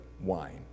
wine